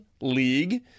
league